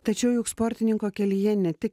tačiau juk sportininko kelyje ne tik